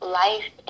life